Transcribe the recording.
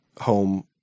home